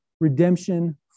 redemption